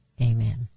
Amen